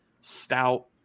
stout